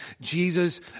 Jesus